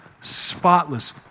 spotless